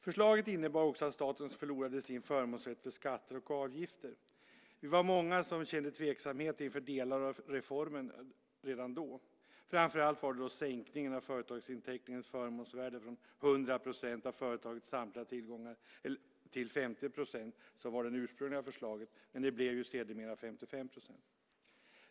Förslaget innebar också att staten förlorade sin förmånsrätt för skatter och avgifter. Vi var många som kände tveksamhet inför delar av reformen redan då, och framför allt gällde det sänkningen av företagsinteckningens förmånsvärde från 100 % av företagets samtliga tillgångar till 50 % som var det ursprungliga förslaget, men det blev sedermera 55 %.